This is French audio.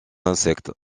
insectes